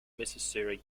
missouri